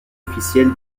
officiel